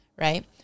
Right